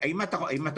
אם אתה אומר,